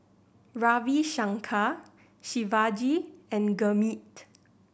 Ravi Shankar Shivaji and Gurmeet